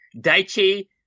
Daichi